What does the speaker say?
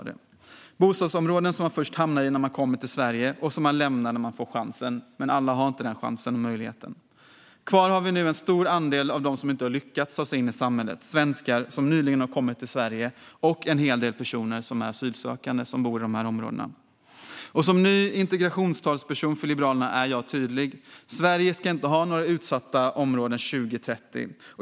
Det här är bostadsområden som man hamnar i när man först kommer till Sverige och sedan lämnar när man får chansen. Men alla får inte den chansen. Kvar bor nu en stor andel av dem som inte har lyckats ta sig in i samhället, svenskar som nyligen har kommit till Sverige och en hel del personer som är asylsökande. Som ny integrationstalesperson för Liberalerna är jag tydlig: Sverige ska inte ha några utsatta områden 2030.